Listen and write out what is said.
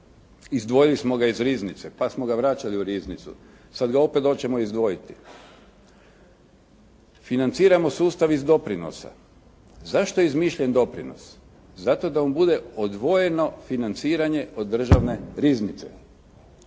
izdvojili smo ga iz riznice, pa smo ga vraćali u riznicu. Sad ga opet hoćemo izdvojiti. Financiramo sustav iz doprinosa. Zašto je izmišljen doprinos? Zato da vam bude odvojeno financiranje od državne riznice.